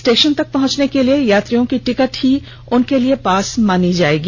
station तक पहुंचने के लिए यात्रियों की टिकट ही उनका पास मानी जायेगी